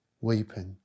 weeping